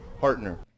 partner